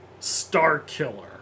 Starkiller